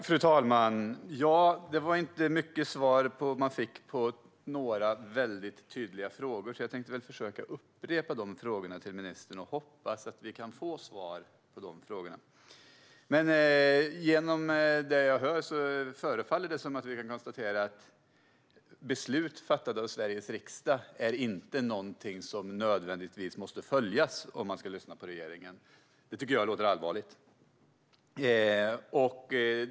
Fru talman! Det var inte mycket svar jag fick på några väldigt tydliga frågor, så jag ska upprepa frågorna till ministern och hoppas att jag kan få svar på dem. Av det jag hör förefaller det som att regeringen konstaterar att beslut fattade av Sveriges riksdag inte är något som nödvändigtvis måste följas. Det tycker jag låter allvarligt.